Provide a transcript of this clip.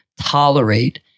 tolerate